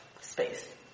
space